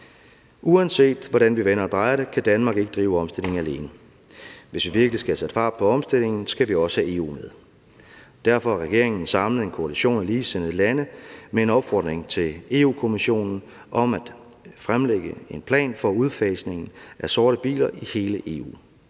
Uanset hvordan vi vender og drejer det, kan Danmark ikke drive omstillingen alene. Hvis vi virkelig skal sætte fart på omstillingen, skal vi også have EU med. Derfor har regeringen samlet en koalition af ligesindede lande med en opfordring til EU-Kommissionen om at fremlægge en plan for udfasningen af sorte biler i hele EU.